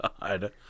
God